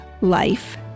life